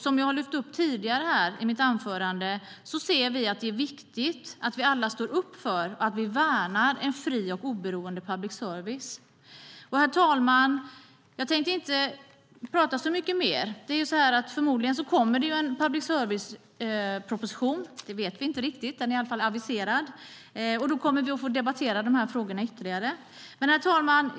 Som jag har lyft fram tidigare i mitt anförande är det viktigt att vi alla står upp för och värnar en fri och oberoende public service. Herr talman! Jag tänker inte tala så mycket mer. Förmodligen kommer det en public service-proposition - det vet vi inte riktigt, men den är i alla fall aviserad - och då kommer vi att få debattera de här frågorna ytterligare. Herr talman!